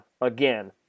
again